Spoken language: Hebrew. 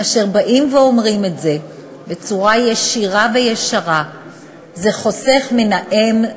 כאשר באים ואומרים את זה בצורה ישירה וישרה זה חוסך מן האם,